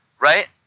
right